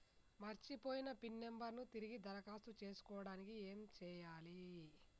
మర్చిపోయిన PIN number ను తిరిగి దరఖాస్తు చేసుకోవడానికి ఏమి చేయాలే?